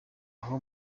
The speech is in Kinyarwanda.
aho